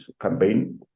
campaign